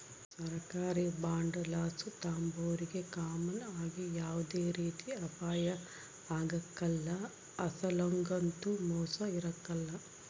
ಸರ್ಕಾರಿ ಬಾಂಡುಲಾಸು ತಾಂಬೋರಿಗೆ ಕಾಮನ್ ಆಗಿ ಯಾವ್ದೇ ರೀತಿ ಅಪಾಯ ಆಗ್ಕಲ್ಲ, ಅಸಲೊಗಂತೂ ಮೋಸ ಇರಕಲ್ಲ